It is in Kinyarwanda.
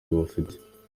bafite